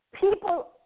People